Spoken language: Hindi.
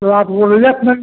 तो आप बोलिए